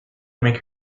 make